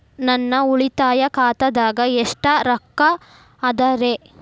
ನನ್ನ ಉಳಿತಾಯ ಖಾತಾದಾಗ ಎಷ್ಟ ರೊಕ್ಕ ಅದ ರೇ?